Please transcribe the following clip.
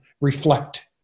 reflect